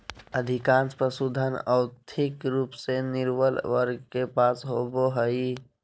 अधिकांश पशुधन, और्थिक रूप से निर्बल वर्ग के पास होबो हइ